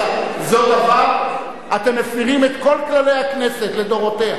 אתם מפירים את כל כללי הכנסת לדורותיה.